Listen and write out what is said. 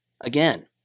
Again